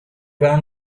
were